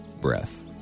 breath